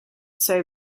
say